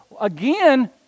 again